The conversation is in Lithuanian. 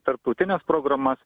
tarptautines programas